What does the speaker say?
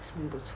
算不错